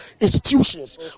institutions